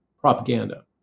propaganda